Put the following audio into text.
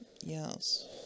yes